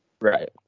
right